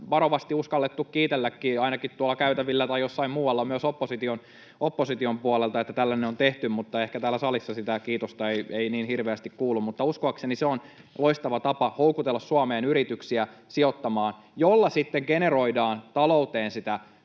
varovasti uskallettu kiitelläkin ainakin tuolla käytävillä tai jossain muualla myös opposition puolelta, että tällainen on tehty, mutta ehkä täällä salissa sitä kiitosta ei niin hirveästi kuulu. Mutta uskoakseni se on loistava tapa houkutella Suomeen yrityksiä sijoittamaan, millä sitten generoidaan talouteen sitä